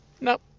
Nope